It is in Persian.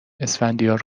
اسفندیار